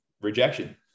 rejection